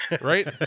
Right